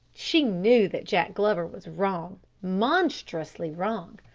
she knew that jack glover was wrong, monstrously wrong.